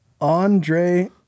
Andre